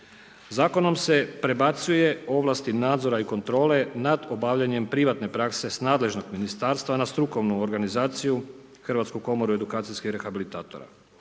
Zakonom se prebacuju ovlasti nadzora i kontrole nad obavljanjem privatne prakse s nadležnog ministarstva na strukovnu organizaciju Hrvatsku komoru edukacijskih rehabilitatora.